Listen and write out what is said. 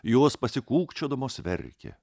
jos pasikūkčiodamos verkė